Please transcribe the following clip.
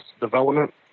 development